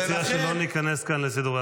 אני מציע שלא ניכנס כאן לסידורי האבטחה.